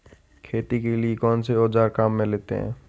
खेती के लिए कौनसे औज़ार काम में लेते हैं?